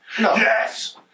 Yes